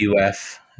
UF